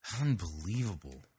Unbelievable